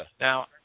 Now